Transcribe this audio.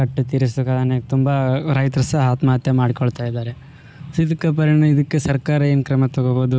ಕಟ್ಟಿ ತೀರಿಸೋಕಾಗೇನೆ ತುಂಬ ರೈತರು ಸಹ ಆತ್ಮಹತ್ಯೆ ಮಾಡಿಕೊಳ್ತ ಇದ್ದಾರೆ ಇದ್ಕೆ ಪರಿಣಿ ಇದ್ಕೆ ಸರ್ಕಾರ ಏನು ಕ್ರಮ ತಗೋಬೋದು